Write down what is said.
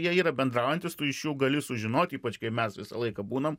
jie yra bendraujantys tu iš jų gali sužinot ypač kai mes visą laiką būnam